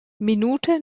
minute